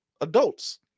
adults